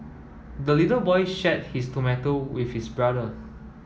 the little boy shared his tomato with his brother